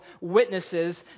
witnesses